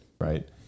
right